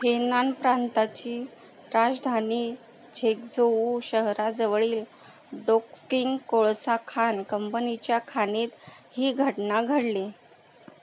Henan प्रांताची राजधानी Zhengzhou शहराजवळील डोंग्जकिंग कोळसा खाण कंपनीच्या खाणीत ही घटना घडली